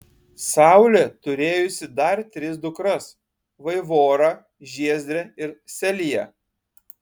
saulė turėjusi dar tris dukras vaivorą žiezdrę ir seliją